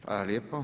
Hvala lijepo.